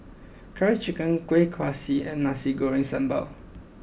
Curry Chicken Kueh Kaswi and Nasi Goreng Sambal